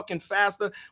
faster